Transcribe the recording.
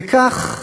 וכך,